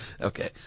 Okay